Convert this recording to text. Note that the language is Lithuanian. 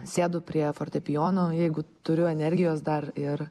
sėdu prie fortepijono jeigu turiu energijos dar ir